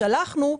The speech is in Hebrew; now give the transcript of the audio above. ששלחנו,